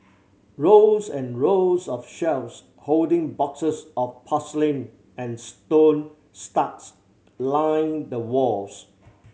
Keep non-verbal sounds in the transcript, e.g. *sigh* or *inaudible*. rows and rows of shelves holding boxes of porcelain and stone *unintelligible* line the walls